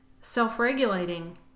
self-regulating